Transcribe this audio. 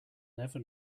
never